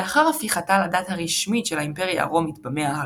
לאחר הפיכתה לדת הרשמית של האימפריה הרומית במאה הרביעית,